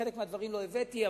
חלק מהדברים לא הבאתי,